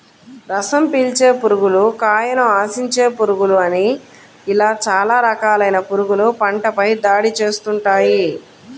రసం పీల్చే పురుగులు, కాయను ఆశించే పురుగులు అని ఇలా చాలా రకాలైన పురుగులు పంటపై దాడి చేస్తుంటాయి